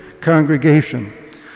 congregation